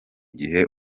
gihe